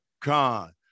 Khan